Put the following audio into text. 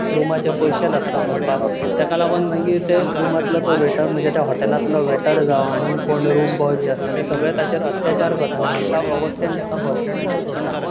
रूमाचे पयशे नासता भरपाक तेका लागोन मागीर ते रूमातलो तो व्हेटर म्हणजे त्या हॉटेलांतलो व्हेटर जावं आनीक कोण रूम बॉय बी आसता ते सगळें ताचेर अत्याचार करता आनी अश्या अवस्थेन तेंका बसस्टेण्डाचेर सोडटा